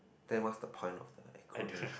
there was the point of the acronym